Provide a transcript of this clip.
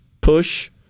push